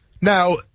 Now